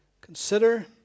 Consider